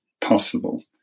possible